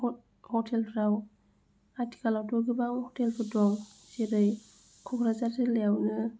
हटेलफ्राव आथिखालावथ' गोबां हटेलफोर दं जेरै क'क्राझार जिलायावनो